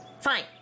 Fine